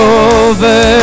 over